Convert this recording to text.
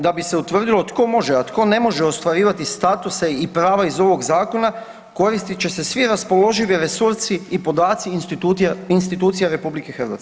Da bi se utvrdilo tko može, a tko ne može ostvarivati statuse i prava iz ovog Zakona, koristit će se svi raspoloživi resursi i podaci institucija RH.